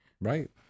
Right